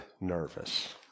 nervous